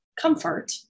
comfort